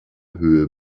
höhe